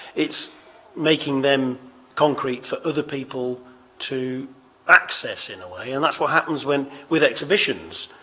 it's making them concrete for other people to access in a way, and that's what happens with with exhibitions.